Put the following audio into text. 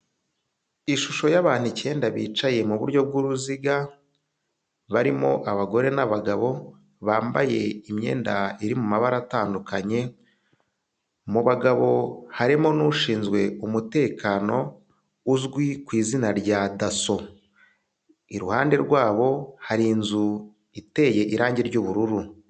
Ishusho y'abantu icyenda bicaye muburyo bwuruziga, barimo abagore n'abagabo bambaye imyenda iri mu mabara atandukanye, mu bagabo harimo n'ushinzwe umutekano uzwi ku izina rya daso iruhande rwabo hari inzu iteye irangi ry'ubururu.